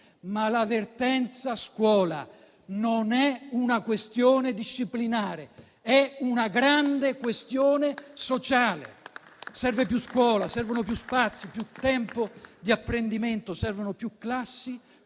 ma la vertenza scuola non è una questione disciplinare, è una grande questione sociale. Serve più scuola e servono più spazi; serve più tempo di apprendimento; servono più classi,